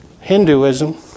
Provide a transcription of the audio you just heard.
Hinduism